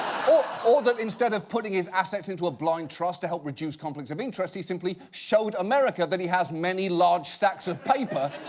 or that instead of putting his assets into a blind trust to help reduce conflicts of interest, he simply showed america that he has many large stacks of paper,